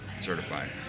certified